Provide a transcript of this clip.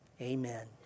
Amen